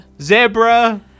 zebra